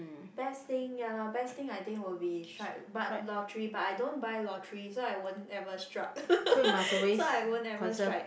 best thing ya lor best thing I think will be strike but lottery but I don't buy lottery so I won't ever struck so I won't ever strike